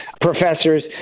professors